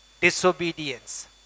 disobedience